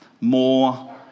more